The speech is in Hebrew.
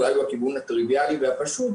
אולי הטריוויאלי והפשוט,